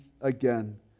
again